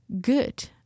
good